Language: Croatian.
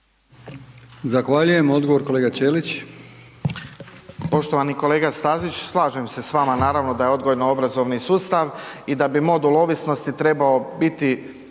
Zahvaljujem. Odgovor kolega Ćelić. **Ćelić, Ivan (HDZ)** Poštovani kolega Stazić, slažem se s vama naravno da je odgojno obrazovni sustav i da bi modul ovisnosti trebao biti